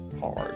hard